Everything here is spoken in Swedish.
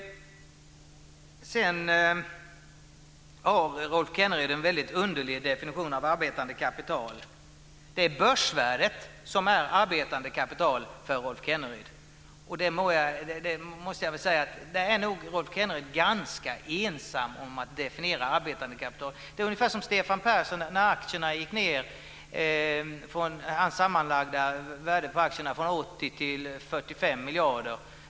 Sedan har Rolf Kenneryd en väldigt underlig definition av arbetande kapital. Det är börsvärdet som är arbetande kapital för Rolf Kenneryd. Så, måste jag säga, är nog Rolf Kenneryd ganska ensam om att definiera arbetande kapital. Det är ungefär som när det sammanlagda värdet på Stefan Perssons aktier gick ned från 80 till 45 miljarder.